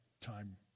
time